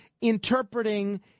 interpreting